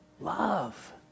Love